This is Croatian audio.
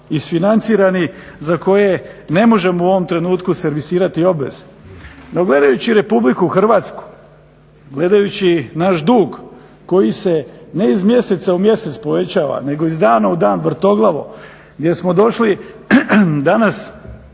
isfinancirani za koje ne možemo u ovom trenutku servisirati obvezu. No, gledajući Republiku Hrvatsku, gledajući naš dug koji se ne iz mjeseca u mjesec povećava, nego iz dana u dan vrtoglavo gdje smo došli danas